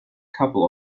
couple